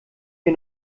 wir